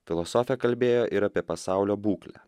filosofė kalbėjo ir apie pasaulio būklę